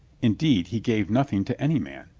indeed, he gave nothing to any man.